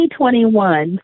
2021